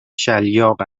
شَلیاق